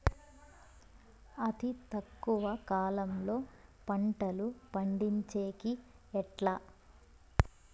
అతి తక్కువ కాలంలో పంటలు పండించేకి ఎట్లా?